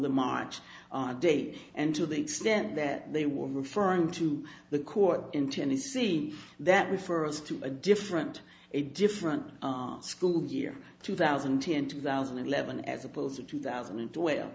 the march day and to the extent that they were referring to the court in tennessee that refers to a different a different school year two thousand and ten two thousand and eleven as opposed to two thousand and twel